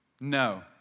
no